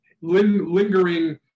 lingering